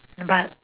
but